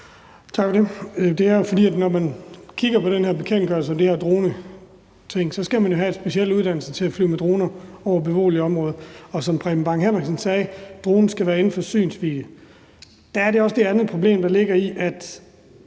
Tak for det. Når man kigger på den her bekendtgørelse og det her med droner, så skal man jo have en speciel uddannelse til at flyve med droner over beboede områder, og som Preben Bang Henriksen sagde, skal dronen være inden for synsvidde. Så er der også det andet problem, der ligger i